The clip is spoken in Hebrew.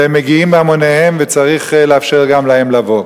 הם מגיעים בהמוניהם וצריך לאפשר גם להם לבוא.